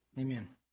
Amen